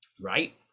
Right